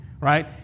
right